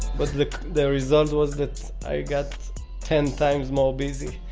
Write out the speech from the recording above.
but the the result was that i got ten times more busy.